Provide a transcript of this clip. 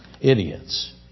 idiots